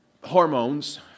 hormones